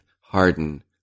harden